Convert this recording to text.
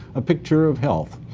a picture of health.